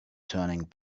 turning